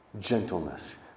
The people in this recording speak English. gentleness